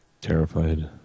terrified